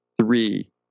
three